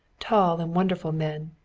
tall and wonderful men,